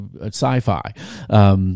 sci-fi